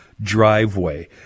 driveway